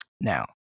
Now